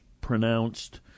pronounced